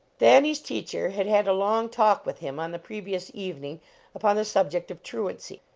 thanny s teacher had had a long talk with him on the previous evening upon the subject of truancy.